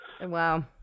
Wow